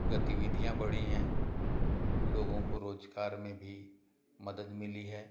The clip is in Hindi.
गतिविधियाँ बढ़ी हैं लोगों को रोजगार में भी मदद मिली है